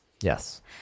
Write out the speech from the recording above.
Yes